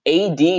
AD